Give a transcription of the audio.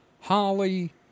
Holly